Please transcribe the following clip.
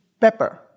pepper